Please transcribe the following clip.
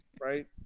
right